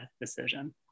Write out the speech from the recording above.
decision